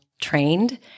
trained